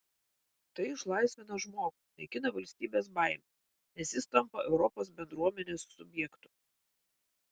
tai išlaisvina žmogų naikina valstybės baimę nes jis tampa europos bendruomenės subjektu